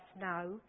now